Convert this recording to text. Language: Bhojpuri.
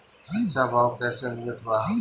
अच्छा भाव कैसे मिलत बा?